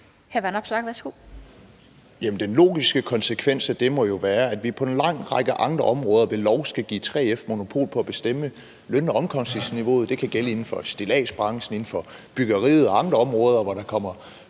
Den logiske konsekvens af det må jo være, at vi på en lang række andre områder ved lov skal give 3F monopol på at bestemme løn- og omkostningsniveauet. Det kan gælde inden for stilladsbranchen, inden for byggeriet og andre områder, hvor der kommer